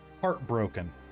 heartbroken